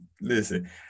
Listen